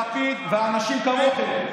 לפיד ואנשים כמוכם.